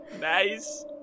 nice